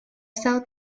estado